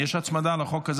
התקבלה ותעבור לוועדת חוקה,